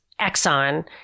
Exxon